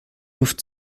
luft